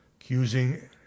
accusing